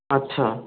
আচ্ছা